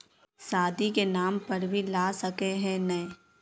शादी के नाम पर भी ला सके है नय?